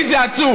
לי זה עצוב.